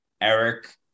Eric